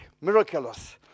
miraculous